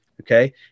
Okay